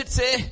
say